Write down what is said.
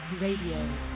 Radio